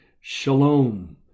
Shalom